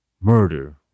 murder